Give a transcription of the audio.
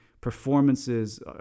performances